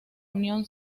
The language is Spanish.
unión